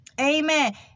Amen